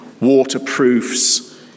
waterproofs